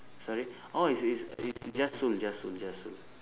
sorry orh is is is